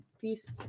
Peace